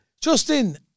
Justin